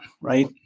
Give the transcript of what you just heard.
right